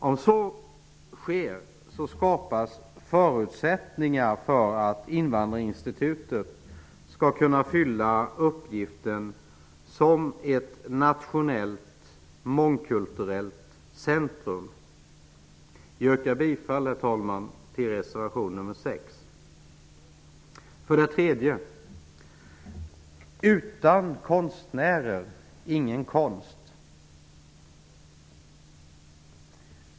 Om så sker skapas förutsättningar för att Invandrarinstitutet skall kunna fylla uppgiften som ett nationellt, mångkulturellt centrum. Jag yrkar bifall till reservation 6. 3. Utan konstnärer, ingen konst.